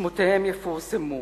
שמותיהם יפורסמו?